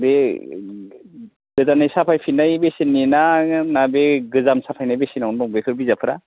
बै गोदानै साफाय फिननाय बेसेननिना ना बे गोजाम साफायनाय बेसेनावनो दं बेफोर बिजाबफ्रा